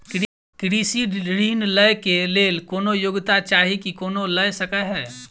कृषि ऋण लय केँ लेल कोनों योग्यता चाहि की कोनो लय सकै है?